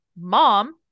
mom